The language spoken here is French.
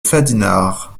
fadinard